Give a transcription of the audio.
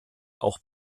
auch